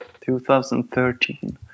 2013